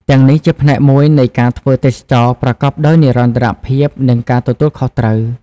ទាំងនេះជាផ្នែកមួយនៃការធ្វើទេសចរណ៍ប្រកបដោយនិរន្តរភាព និងការទទួលខុសត្រូវ ។